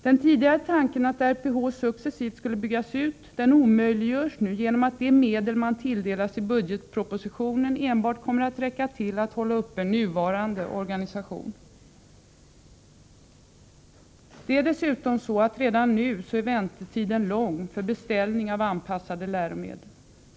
Att RPH, som tidigare var tänkt, successivt skulle byggas ut omöjliggörs nu genom att de medel man i budgetpropositionen tilldelats kommer att räcka enbart till att hålla uppe nuvarande organisation. Redan nu är dessutom väntetiden lång för beställning av anpassade läromedel.